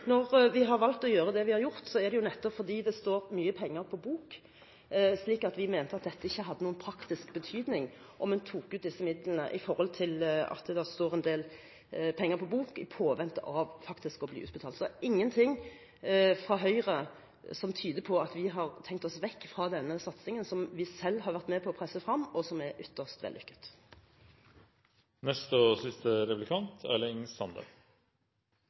Når vi har valgt å gjøre det vi har gjort, er det fordi det står mye penger på bok. Vi mente at det ikke hadde noen praktisk betydning om man tok ut disse midlene, i og med at det står en del penger på bok i påvente av faktisk å bli utbetalt. Så det er ingenting fra Høyres side som tyder på at vi har tenkt oss bort fra den satsingen som vi selv har vært med på å presse fram, og som er ytterst vellykket. Eg må vende litt tilbake til det som gjeld offentleg eigarskap og